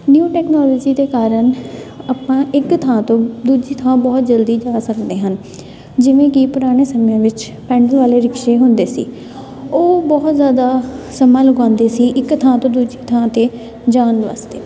new technology ਦੇ ਕਾਰਨ ਆਪਾਂ ਇੱਕ ਥਾਂ ਤੋਂ ਦੂਜੀ ਥਾਂ ਬਹੁਤ ਜਲਦੀ ਜਾ ਸਕਦੇ ਹਨ ਜਿਵੇਂ ਕਿ ਪੁਰਾਣੇ ਸਮਿਆਂ ਵਿੱਚ ਪੈਡਲ ਵਾਲੇ ਰਿਕਸ਼ੇ ਹੁੰਦੇ ਸੀ ਉਹ ਬਹੁਤ ਜ਼ਿਆਦਾ ਸਮਾਂ ਲਗਾਉਂਦੇ ਸੀ ਇੱਕ ਥਾਂ ਤੋਂ ਦੂਜੀ ਥਾਂ 'ਤੇ ਜਾਣ ਵਾਸਤੇ